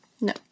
No